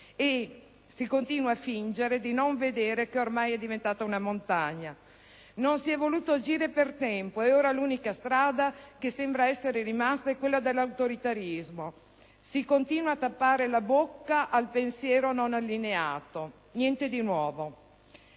e si continua a fingere di non vedere che ormai è diventata una montagna. Non si è voluto agire per tempo ed ora l'unica strada che sembra essere rimasta è quella dell'autoritarismo. Si continua a tappare la bocca al pensiero non allineato. Niente di nuovo!